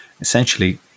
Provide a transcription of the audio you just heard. essentially